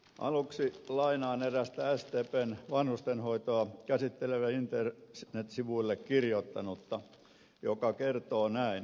aluksi lainaan erästä sdpn vanhustenhoitoa käsitteleville internetsivuille kirjoittanutta joka kertoo näin